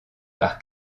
par